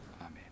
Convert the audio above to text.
Amen